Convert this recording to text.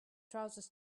trousers